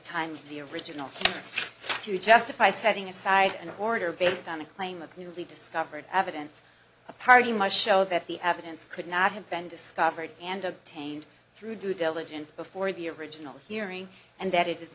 time of the original to justify setting aside an order based on a claim of newly discovered evidence a party my show that the evidence could not have been discovered and obtained through due diligence before the original hearing and that it is